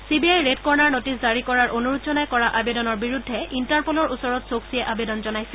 C B I red corner notice জাৰি কৰাৰ অনুৰোধ জনাই কৰা আবেদনৰ বিৰুদ্ধে ইণ্টাৰপলৰ ওচৰত চৌকছিয়ে আবেদন জনাইছিল